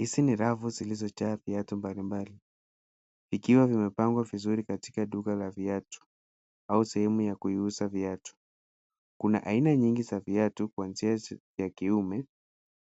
Hizi ni rafu zilizojaa viatu mbalimbali vikiwa vimepangwa vizuri katika duka la viatu au sehemu ya kuiuzia viatu. Kuna aina nyingi za viatu kuanzia vya kiume